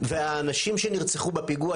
והאנשים שנרצחו בפיגוע,